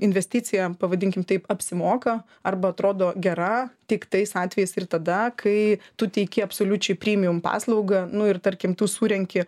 investicija pavadinkim taip apsimoka arba atrodo gera tik tais atvejais ir tada kai tu teiki absoliučiai premium paslaugą nu ir tarkim tu surenki